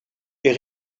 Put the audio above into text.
est